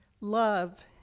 Love